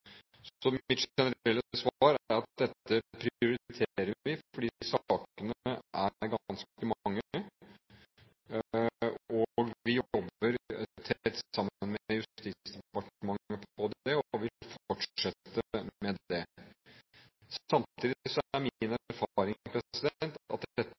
Så mitt generelle svar er at dette prioriterer vi fordi sakene er ganske mange. Vi jobber tett sammen med Justisdepartementet på det og vil fortsette med det. Samtidig er min erfaring at dette ofte er svært vonde og vanskelige saker. Som representanten sier: Det er forbudt å bortføre barn. Men det